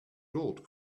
gold